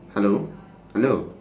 hello hello